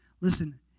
Listen